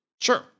Sure